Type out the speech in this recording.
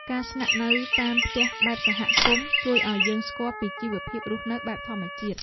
ការស្នាក់នៅតាមផ្ទះបែបសហគមន៍ ជួយឱ្យយើងស្គាល់ពីជីវភាពរស់នៅបែបធម្មជាតិ។